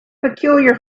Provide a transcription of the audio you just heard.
peculiar